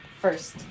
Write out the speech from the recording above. first